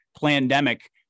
pandemic